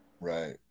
Right